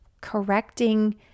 correcting